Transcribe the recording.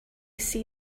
see